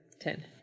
ten